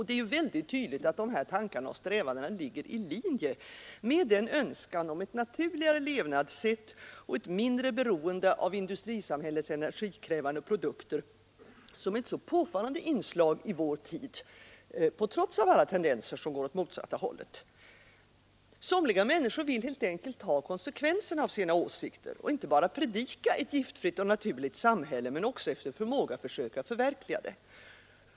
Det är uppenbart att dessa tankar och strävanden ligger i linje med den önskan om ett naturligare levnadssätt och ett mindre beroende av industrisamhällets energikrävande produkter som är ett så påfallande inslag i vår tid, trots alla tendenser åt motsatta hållet. Somliga människor vill helt enkelt ta konsekvenserna av sina åsikter och inte bara predika ett giftfritt och naturligt samhälle utan också efter förmåga söka förverkliga det.